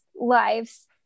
lives